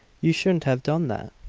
you shouldn't have done that!